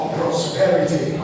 prosperity